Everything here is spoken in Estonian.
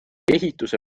ehituse